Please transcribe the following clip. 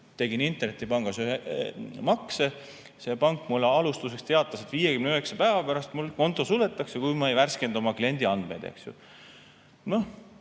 tegin internetipangas ühe makse. See pank mulle alustuseks teatas, et 59 päeva pärast mul konto suletakse, kui ma ei värskenda oma kliendiandmeid.